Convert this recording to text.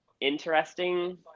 interesting